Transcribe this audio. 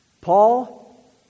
Paul